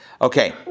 Okay